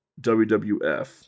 WWF